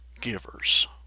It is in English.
givers